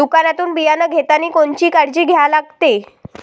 दुकानातून बियानं घेतानी कोनची काळजी घ्या लागते?